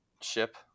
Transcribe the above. ship